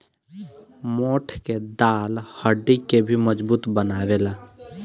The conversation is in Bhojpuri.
मोठ के दाल हड्डी के भी मजबूत बनावेला